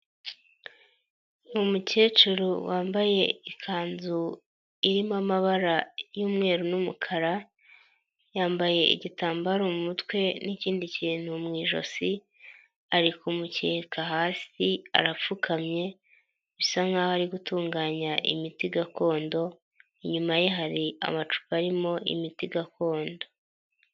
Umukecuru wambaye ikanzu irimo amabara y'umweru n'umukara, yambaye igitambaro mu mutwe n'ikindi kintu mu ijosi ari ku mukeka hasi arapfukamye bisa nkaho ari gutunganya imiti gakondo, inyuma ye hari amacupa arimo imiti gakondo.